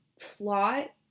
plot